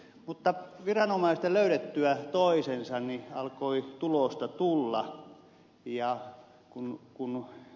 mutta viranomaisten löydettyä toisensa alkoi tulosta tulla